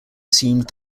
assumed